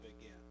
again